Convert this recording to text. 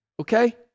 okay